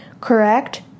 Correct